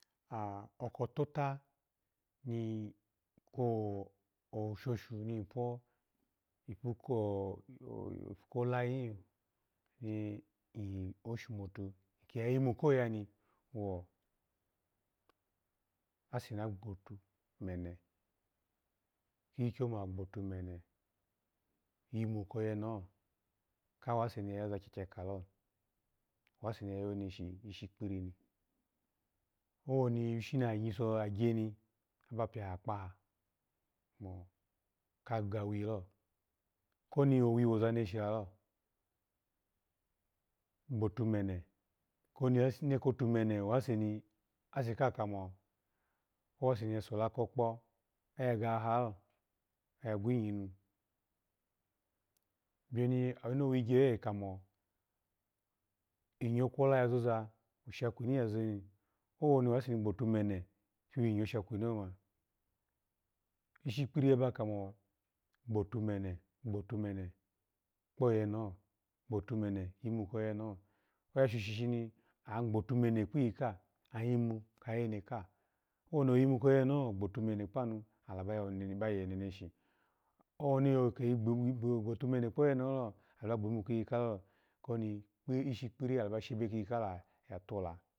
Ah oko tata ni ko kwoulushoshu ni po ipu ko ko layi lin ni osho matu ki ya yimu ko yani wo ase na gboton mene kikyikyo na gboton yimu ko yeneho kase ni ya yoza gyagyakalo wase ni ya yone shi ishi kpiri ni, owoni ishi na nyiso gye aba kamo ka ga wilo koni owi woza neshi lalo gboto mene koni ene kotomene wase ni, ase kamo woni osola ko kpo agegehalo oya kwinyinu biyomi awino wigye oye kamo nyawo kwola ya zoza biyoni oshosha kwini ga zeni owni owase gboto mene owase ni sha kwini oma ishi kpiri aba mo gbotomene gbotomene kpo yeneho gboto mene tou koyemeho, oya shoshi shini agbotomene kpayeneka owni oyimu ko yene eho gboto mene kpanu ala ba ye neneshi owni oke gbo- gboto mene kpoyenaholo ala ba ya moji ya gbimu kiyikala ishi kpiri ala ba shebe kiyikala ya tola.